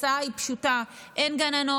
התוצאה היא פשוטה: אין גננות,